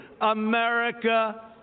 America